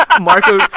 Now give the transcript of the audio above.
Marco